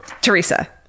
Teresa